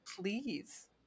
Please